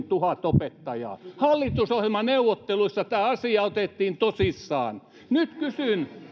tuhat opettajaa hallitusohjelmaneuvotteluissa tämä asia otettiin tosissaan nyt kysyn